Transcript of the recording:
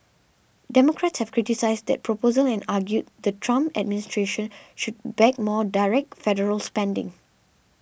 democrats have criticised that proposal and argued the Trump administration should back more direct federal spending